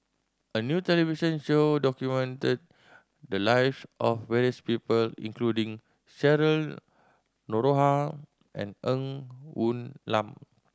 a new television show documented the lives of various people including Cheryl Noronha and Ng Woon Lam